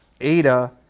Ada